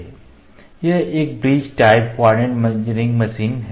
यह एक bridge type coordinate measuring machine है